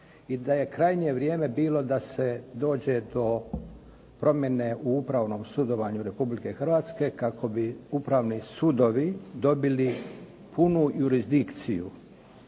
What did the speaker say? i da je krajnje vrijeme bilo da se dođe do promjene u upravnom sudovanju Republike Hrvatske kako bi upravni sudovi dobili punu jurisdikciju